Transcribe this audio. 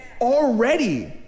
already